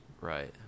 Right